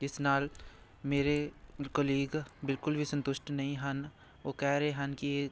ਜਿਸ ਨਾਲ ਮੇਰੇ ਕੁਲੀਗ ਬਿਲਕੁਲ ਵੀ ਸੰਤੁਸ਼ਟ ਨਹੀਂ ਹਨ ਉਹ ਕਹਿ ਰਹੇ ਹਨ ਕਿ ਇਹ